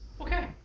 okay